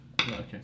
Okay